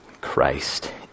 Christ